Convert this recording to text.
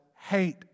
hate